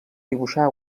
dibuixar